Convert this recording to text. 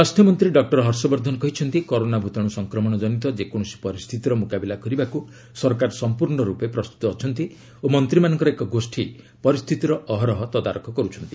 ସ୍ୱାସ୍ଥ୍ୟ ମନ୍ତ୍ରୀ ଡକ୍କର ହବର୍ଷବର୍ଦ୍ଧନ କହିଛନ୍ତି କରୋନା ଭୂତାଣୁ ସଂକ୍ରମଣ କନିତ ଯେକୌଣସି ପରିସ୍ଥିତିର ମୁକାବିଲା କରିବାକୁ ସରକାର ସମ୍ପର୍ଷ ରୂପେ ପ୍ରସ୍ତୁତ ଅଛନ୍ତି ଓ ମନ୍ତ୍ରୀମାନଙ୍କର ଏକ ଗୋଷ୍ଠୀ ପରିସ୍ଥିତିର ଅହରହ ତଦାରଖ କରୁଛନ୍ତି